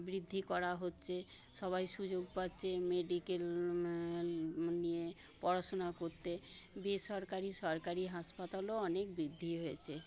বৃদ্ধি করা হচ্ছে সবাই সুযোগ পাচ্ছে মেডিকেল নিয়ে পড়াশোনা করতে বেসরকারি সরকারি হাসপাতালও অনেক বৃদ্ধি হয়েছে